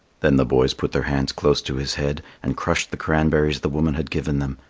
then the boys put their hands close to his head and crushed the cranberries the woman had given them,